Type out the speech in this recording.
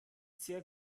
sehr